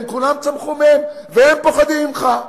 הם כולם צמחו מהם, והם פוחדים ממך,